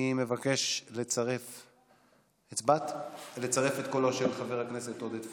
אני מבקש לצרף את קולותיהם של חבר הכנסת עודד פורר,